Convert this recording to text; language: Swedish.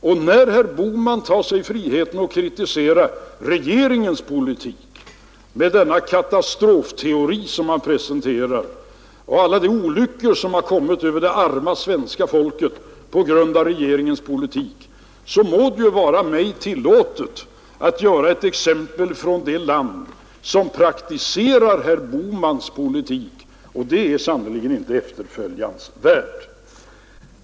Och då herr Bohman tar sig friheten att kritisera regeringens politik, med denna katastrofteori som han presenterar och alla de olyckor som har kommit över det arma svenska folket på grund av regeringens politik, så må det ju vara mig tillåtet att ge ett exempel från det land som praktiserar herr Bohmans politik, och det är sannerligen inte efterföljansvärt.